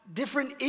different